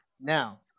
Now